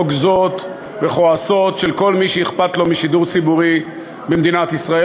רוגזות וכועסות על כל מי שאכפת לו משידור ציבורי במדינת ישראל,